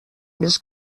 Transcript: més